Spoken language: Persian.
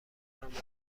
هموطنی